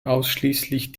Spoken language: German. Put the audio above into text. ausschließlich